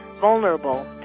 vulnerable